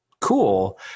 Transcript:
cool